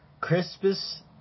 Crispus